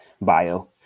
bio